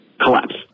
collapse